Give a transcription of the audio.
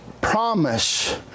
promise